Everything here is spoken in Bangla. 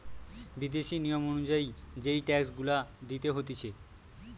বিদেশি নিয়ম অনুযায়ী যেই ট্যাক্স গুলা দিতে হতিছে